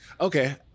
Okay